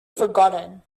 forgotten